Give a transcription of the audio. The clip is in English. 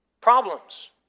problems